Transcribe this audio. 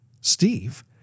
Steve